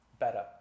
better